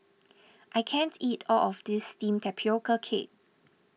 I can't eat all of this Steamed Tapioca Cake